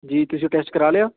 ਜੀ ਤੁਸੀਂ ਉਹ ਟੈਸਟ ਕਰਾ ਲਿਆ